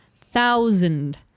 thousand